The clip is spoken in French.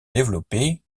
développer